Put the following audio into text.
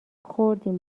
خوردیم